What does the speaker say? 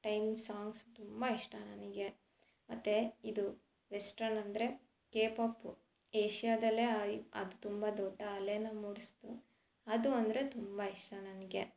time songs ತುಂಬ ಇಷ್ಟ ನನಗೆ ಮತ್ತು ಇದು ವೆಸ್ಟರ್ನ್ ಅಂದರೆ ಕೇಪಪ್ಪು ಏಷ್ಯದಲ್ಲೇ ಐ ಅದ್ ತುಂಬ ದೊಡ್ಡ ಅಲೆನ ಮೂಡಿಸ್ತು ಅದು ಅಂದರೆ ತುಂಬ ಇಷ್ಟ ನನಗೆ